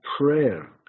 Prayer